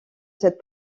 cette